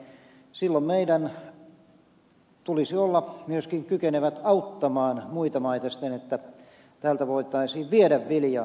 silloin meidän tulisi olla myöskin kykenevät auttamaan muita maita siten että täältä voitaisiin viedä viljaa